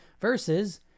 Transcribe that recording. versus